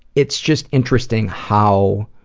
it's just interesting how